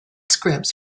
scripts